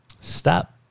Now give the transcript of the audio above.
Stop